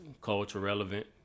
culture-relevant